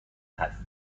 هست